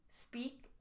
speak